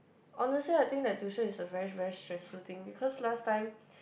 honestly I think that tuition is a very very stressful thing because last time